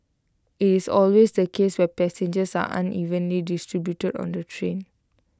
IT is always the case where passengers are unevenly distributed on the train